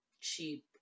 cheap